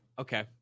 Okay